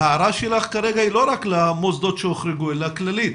ההערה שלך כרגע היא לא רק למוסדות שהוחרגו אלא כללית,